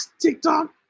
TikTok